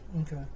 Okay